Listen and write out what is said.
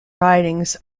ridings